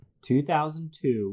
2002